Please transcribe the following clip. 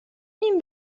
این